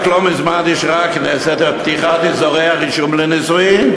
רק לא מזמן אישרה הכנסת את פתיחת אזורי הרישום לנישואין.